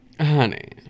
Honey